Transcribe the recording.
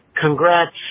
Congrats